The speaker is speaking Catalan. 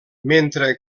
mentre